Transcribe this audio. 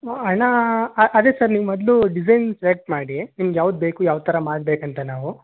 ಹಣ ಅ ಅದೇ ಸರ್ ನೀವು ಮೊದಲು ಡಿಸೈನ್ ಸೆಲೆಕ್ಟ್ ಮಾಡಿ ನಿಮಗೆ ಯಾವುದು ಬೇಕು ಯಾವ ಥರ ಮಾಡಬೇಕಂತ ನಾವು